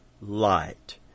light